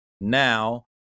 now